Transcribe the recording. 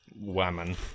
woman